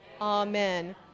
Amen